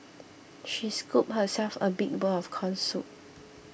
she scooped herself a big bowl of Corn Soup